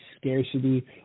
scarcity